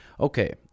Okay